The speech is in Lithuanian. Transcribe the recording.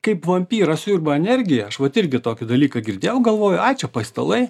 kaip vampyras siurba energiją aš vat irgi tokį dalyką girdėjau galvoju ai čia paistalai